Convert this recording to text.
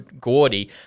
Gordy